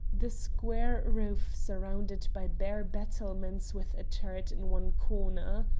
the square roof surrounded by bare battlements with a turret in one corner.